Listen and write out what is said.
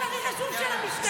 מה האופוזיציה עשתה עם החוק?